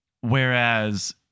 whereas